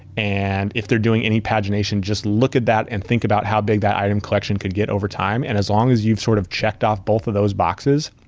and if they're doing any pagination, just look at that and think about how big item collection could get over time. and as long as you've sort of checked off both of those boxes,